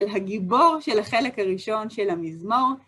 הגיבור של החלק הראשון של המזמור...